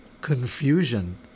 confusion